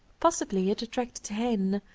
possibly it attracted heine,